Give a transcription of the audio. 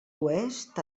oest